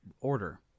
order